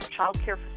childcare